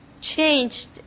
changed